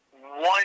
one